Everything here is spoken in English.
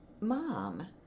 Mom